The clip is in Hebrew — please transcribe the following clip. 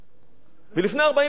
לפני 45 שנה,